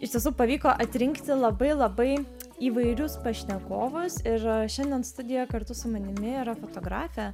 iš tiesų pavyko atrinkti labai labai įvairius pašnekovus ir šiandien studijoje kartu su manimi yra fotografė